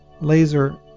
Laser